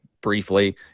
briefly